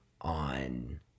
on